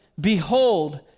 Behold